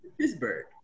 Pittsburgh